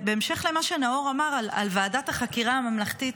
בהמשך למה שנאור אמר על ועדת החקירה הממלכתית,